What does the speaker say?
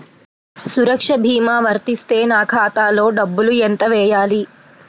సురక్ష భీమా వర్తిస్తే నా ఖాతాలో డబ్బులు ఎంత వేయాలి?